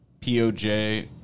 Poj